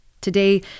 Today